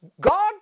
God